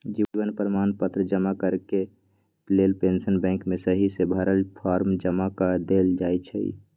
जीवन प्रमाण पत्र जमा करेके लेल पेंशन बैंक में सहिसे भरल फॉर्म जमा कऽ देल जाइ छइ